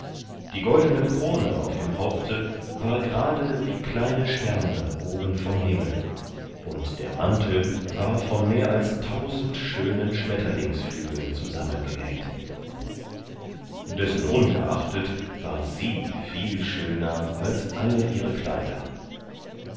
die goldene krone auf dem haupte war gerade wie kleine sterne oben vom himmel und der mantel war von mehr als tausend schönen schmetterlingsflügeln zusammengenäht dessenungeachtet war sie viel schöner als alle ihre kleider